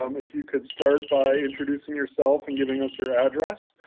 um if you could start by introducing yourself and giving us your address,